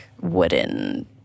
wooden